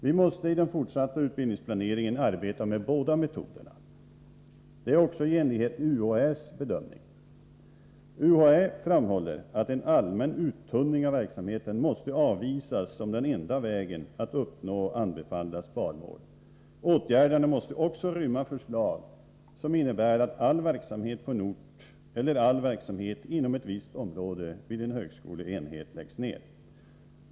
Vi måste i den fortsatta utbildningsplaneringen arbeta med båda metoderna. Det är också i enlighet med UHÄ:s bedömning. UHÄ framhåller att en allmän uttunning av verksamheten måste avvisas som den enda vägen att uppnå anbefallda sparmål. Åtgärderna måste också rymma förslag som innebär att all verksamhet på en ort eller all verksamhet inom ett visst område vid en högskoleenhet läggs ned.